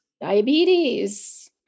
diabetes